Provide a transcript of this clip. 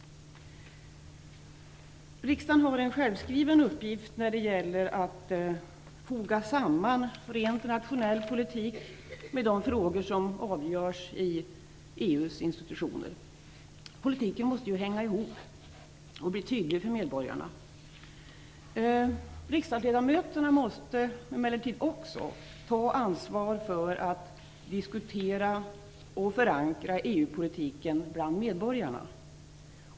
Riksdagen har en självskriven uppgift när det gäller att foga samman rent nationell politik med de frågor som avgörs i EU:s institutioner. Politiken måste ju hänga ihop och bli tydlig för medborgarna. Riksdagsledamöterna måste emellertid också ta ansvar för att diskutera och förankra EU-politiken bland medborgarna.